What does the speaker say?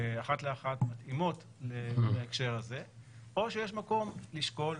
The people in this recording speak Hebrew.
אחת לאחת, מתאימות להקשר הזה או שיש מקום לשקול,